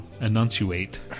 enunciate